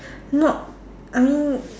not I mean